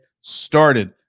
started